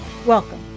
Welcome